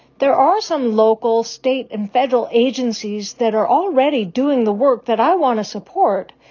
there are some local, state and federal agencies that are already doing the work that i want to support,